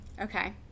Okay